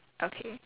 okay